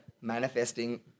manifesting